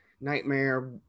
Nightmare